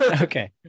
okay